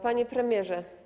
Panie Premierze!